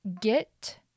get